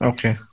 Okay